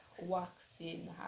waxing